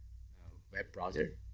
web browser